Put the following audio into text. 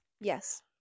Yes